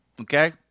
okay